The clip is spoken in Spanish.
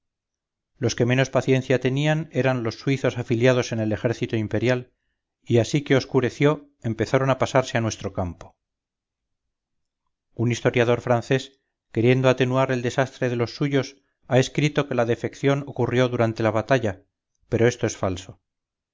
los que menos paciencia tenían eran los suizos afiliados en el ejército imperial y así que oscureció empezaron a pasarse a nuestro campo un historiador francés queriendo atenuar el desastre de los suyos ha escrito que la defección ocurrió durante la batalla pero esto es falso